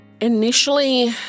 Initially